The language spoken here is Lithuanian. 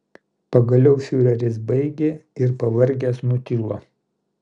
pagaliau fiureris baigė ir pavargęs nutilo